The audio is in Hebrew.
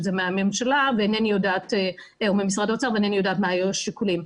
זה ממשרד האוצר ואינני יודעת מה היו השיקולים.